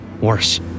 worse